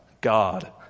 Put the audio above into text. God